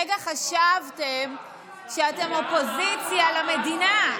אתם לרגע חשבתם שאתם אופוזיציה למדינה,